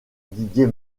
didier